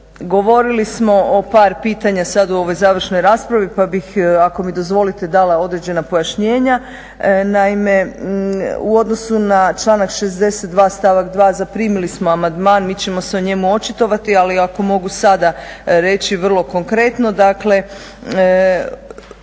Govorili smo o par pitanja sad u ovoj završnoj raspravi pa bih ako mi dozvolite dala određena pojašnjenja. Naime, u odnosu na članak 62. stavak 2. zaprimili smo amandman, mi ćemo se o njemu očitovati, ali ako mogu sada reći vrlo konkretno, dakle